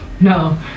No